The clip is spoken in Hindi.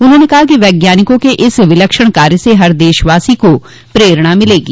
उन्होंने कहा कि वैज्ञानिकों के इस विलक्षण कार्य से हर देशवासी को प्ररेणा मिलेगी